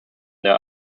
their